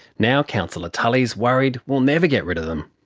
now councillor tully's worried we'll never get rid of them.